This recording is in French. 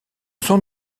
sont